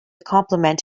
complement